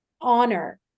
honor